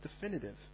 definitive